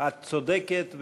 את צודקת,